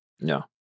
No